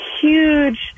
huge